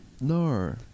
No